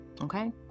okay